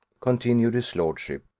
continued his lordship,